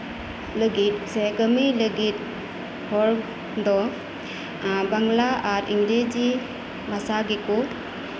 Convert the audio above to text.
ᱞᱟᱹᱜᱤᱫ ᱥᱮ ᱠᱟᱹᱢᱤ ᱞᱟᱹᱜᱤᱫ ᱦᱚᱲ ᱫᱚ ᱵᱟᱝᱞᱟ ᱟᱨ ᱤᱝᱨᱮᱡᱤ ᱵᱷᱟᱥᱟ ᱜᱮᱠᱚ